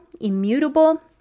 immutable